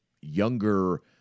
younger